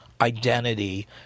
identity